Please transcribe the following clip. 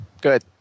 Good